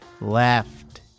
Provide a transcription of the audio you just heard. left